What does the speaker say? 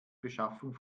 beschaffung